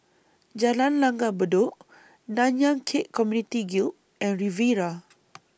Jalan Langgar Bedok Nanyang Khek Community Guild and Riviera